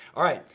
alright,